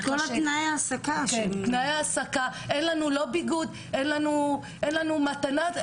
תנאי העסקה, אין לנו לא ביגוד, אין לנו מתנות.